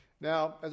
Now